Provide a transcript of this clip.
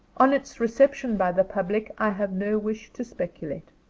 on its reception by the public i have no wish to speculate.